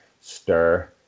stir